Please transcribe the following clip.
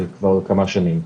כמה שנים.